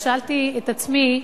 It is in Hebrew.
אז שאלתי את עצמי,